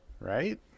Right